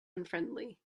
unfriendly